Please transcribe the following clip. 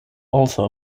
also